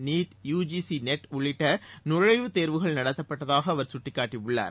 NEET UGC நெட்உள்ளிட்ட நுழைவு தேர்வுகள் நடத்தப்பட்டதாக அவர் சுட்டிக்காட்டியுள்ளார்